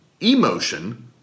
emotion